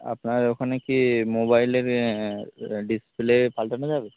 আপনার ওখানে কি মোবাইলের ইয়ে ডিসপ্লে পাল্টানো যাবে